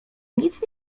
nic